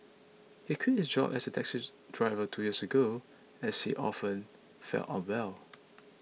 he quit his job as a taxis driver two years ago as she often felt unwell